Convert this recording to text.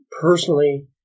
personally